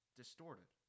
distorted